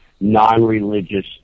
non-religious